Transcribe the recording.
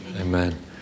Amen